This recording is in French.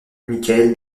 michael